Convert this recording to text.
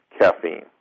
caffeine